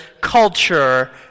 culture